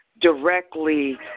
directly